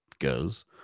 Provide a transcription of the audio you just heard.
goes